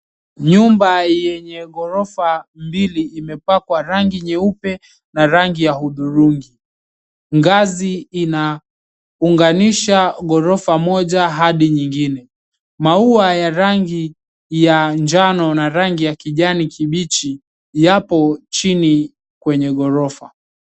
Nyumba yenye gorofa mbili imepakwa rangi nyeupe na rangi ya hudhurungi, ngazi inaunganisha gorofa moja hadi nyingine, maua ya rangi ya njano na rangi ya kijani kibichi yapo chini kwenye gorofa.